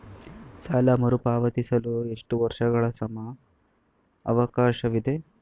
ಸಾಲ ಮರುಪಾವತಿಸಲು ಎಷ್ಟು ವರ್ಷಗಳ ಸಮಯಾವಕಾಶವಿದೆ?